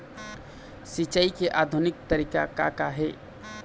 सिचाई के आधुनिक तरीका का का हे?